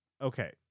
okay